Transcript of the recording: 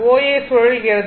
O A சுழல்கிறது